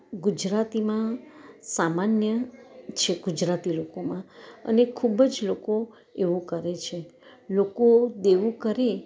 ગુજરાતીમાં સામાન્ય છે ગુજરાતી લોકોમાં અને ખૂબ જ લોકો એવું કરે છે લોકો દેવું કરે